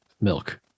milk